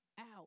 out